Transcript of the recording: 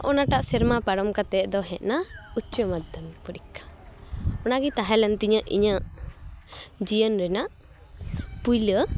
ᱚᱱᱟ ᱴᱟᱜ ᱥᱮᱨᱢᱟ ᱯᱟᱨᱚᱢ ᱠᱟᱛᱮ ᱫᱚ ᱦᱮᱡ ᱮᱱᱟ ᱩᱪᱪᱚ ᱢᱟᱫᱽᱫᱷᱚᱢᱤᱠ ᱯᱚᱨᱤᱠᱷᱟ ᱚᱱᱟ ᱜᱮ ᱛᱟᱦᱮᱸ ᱞᱮᱱ ᱛᱤᱧᱟᱹ ᱤᱧᱟᱹᱜ ᱡᱤᱭᱟᱹᱱ ᱨᱮᱱᱟᱜ ᱯᱩᱭᱞᱟᱹ